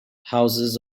houses